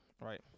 Right